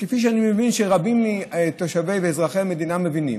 וכפי שאני מבין רבים מהתושבים ואזרחי המדינה מבינים,